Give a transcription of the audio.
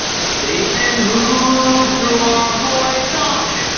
satan moves through our voisage!